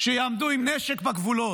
שיעמדו עם נשק בגבולות.